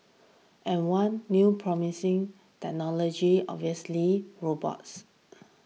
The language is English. and one new promising technology obviously robots